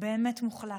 באמת מוחלט.